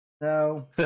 No